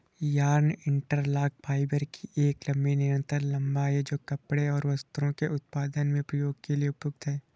yarn interlock fibre की एक लंबी निरंतर लंबाई है, जो कपड़े और वस्त्रों के उत्पादन में उपयोग के लिए उपयुक्त है